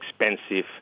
expensive